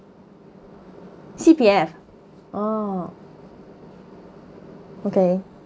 C_P_F oh okay